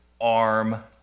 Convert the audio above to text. arm